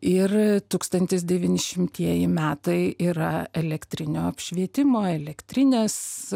ir tūkstantis devyni šimtieji metai yra elektrinio apšvietimo elektrinės